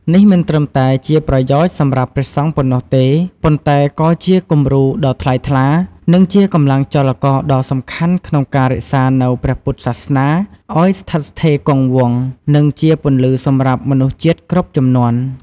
នេះមិនត្រឹមតែជាប្រយោជន៍សម្រាប់ព្រះសង្ឈប៉ុណ្ណោះទេ ប៉ុន្តែក៏ជាគំរូដ៏ថ្លៃថ្លា និងជាកម្លាំងចលករដ៏សំខាន់ក្នុងការរក្សានូវព្រះពុទ្ធសាសនាឱ្យស្ថិតស្ថេរគង់វង្ស និងជាពន្លឺសម្រាប់មនុស្សជាតិគ្រប់ជំនាន់។